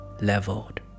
leveled